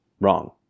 wrong